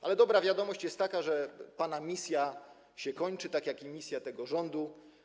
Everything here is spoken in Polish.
Jednak dobra wiadomość jest taka, że pana misja się kończy, tak jak i misja tego rządu.